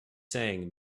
saying